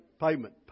payment